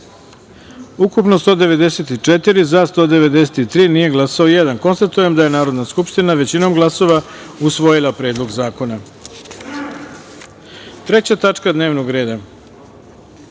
ukupno – 194, za – 193, nije glasao – jedan. Konstatujem da je Narodna skupština, većinom glasova, usvojila Predlog zakona. Treća tačka dnevnog reda: